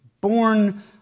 born